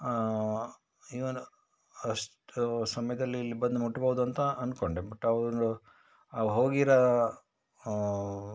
ಇವನು ಅಷ್ಟು ಸಮಯದಲ್ಲಿ ಇಲ್ಲಿ ಬಂದು ಮುಟ್ಬೋದು ಅಂತ ಅಂದ್ಕೊಂಡೆ ಬಟ್ ಅವನು ಆ ಹೋಗಿರೋ